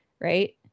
right